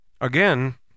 Again